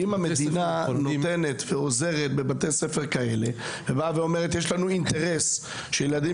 אם המדינה נותנת ועוזרת בבתי ספר כאלה ואומרת שיש לה אינטרס שיהיו ילדים